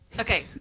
Okay